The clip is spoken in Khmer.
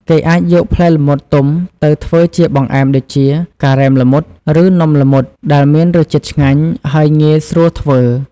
គេអាចយកផ្លែល្មុតទុំទៅធ្វើជាបង្អែមដូចជា ការ៉េមល្មុត ឬ នំល្មុត ដែលមានរសជាតិឆ្ងាញ់ ហើយងាយស្រួលធ្វើ។